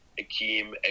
Akeem